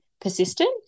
persistent